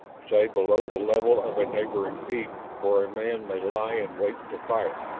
say, below the level of a neighboring peak where a man may lie in wait to fire.